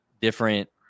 different